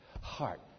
heart